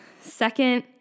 second